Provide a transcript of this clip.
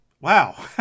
wow